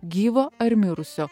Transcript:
gyvo ar mirusio